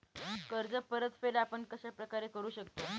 कर्ज परतफेड आपण कश्या प्रकारे करु शकतो?